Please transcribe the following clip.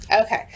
Okay